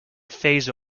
phase